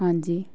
ਹਾਂਜੀ